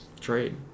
Trade